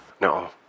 No